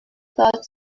thought